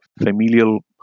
familial